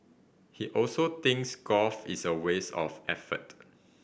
he also thinks golf is a waste of effort